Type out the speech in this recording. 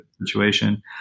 situation